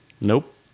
Nope